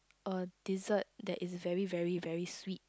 a dessert that is very very very sweet